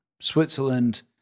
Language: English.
Switzerland